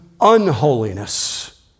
unholiness